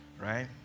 Right